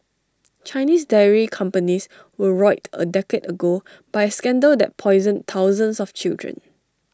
Chinese dairy companies were roiled A decade ago by A scandal that poisoned thousands of children